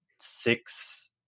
six